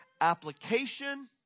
application